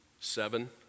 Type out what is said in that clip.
seven